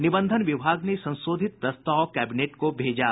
निबंधन विभाग ने संशोधित प्रस्ताव कैबिनेट को भेजा